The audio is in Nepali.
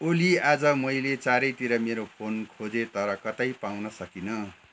ओली आज मैले चारैतिर मेरो फोन खोजेँ तर कतै पाउन सकिनँ